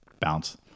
bounce